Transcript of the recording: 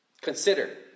consider